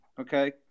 Okay